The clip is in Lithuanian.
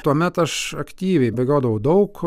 tuomet aš aktyviai bėgiodavau daug